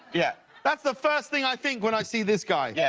yeah that's the first thing i think when i see this guy, yeah